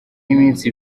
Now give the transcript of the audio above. y’iminsi